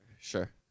Sure